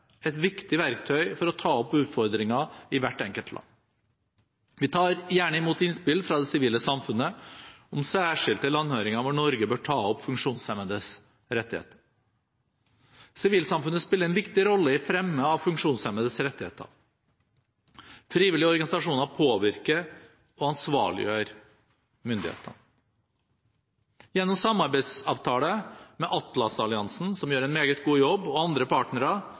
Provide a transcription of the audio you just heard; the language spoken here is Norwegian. et viktig verktøy for å ta opp utfordringer i hvert enkelt land. Vi tar gjerne imot innspill fra det sivile samfunnet om særskilte landhøringer hvor Norge bør ta opp funksjonshemmedes rettigheter. Sivilsamfunnet spiller en viktig rolle i fremme av funksjonshemmedes rettigheter. Frivillige organisasjoner påvirker og ansvarliggjør myndighetene. Gjennom samarbeidsavtalen med Atlas-alliansen, som gjør en meget god jobb, og andre partnere